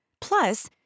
Plus